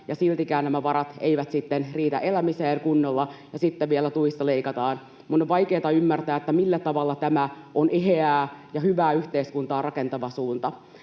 ja siltikään nämä varat eivät riitä elämiseen kunnolla. Ja sitten vielä tuista leikataan. Minun on vaikeata ymmärtää, millä tavalla tämä on eheää ja hyvää yhteiskuntaa rakentava suunta.